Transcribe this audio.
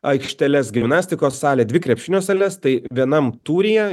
aikšteles gimnastikos salę dvi krepšinio sales tai vienam tūryje